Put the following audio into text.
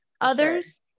others